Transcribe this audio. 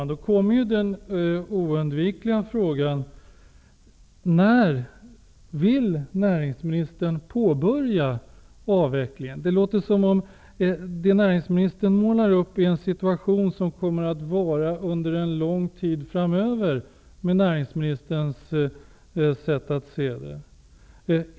Herr talman! Då blir den oundvikliga frågan: När vill näringsministern påbörja avvecklingen? Det låter som om det som näringsministern målar upp är en situation som kommer att vara under lång tid framöver med näringsministerns sätt att se det hela.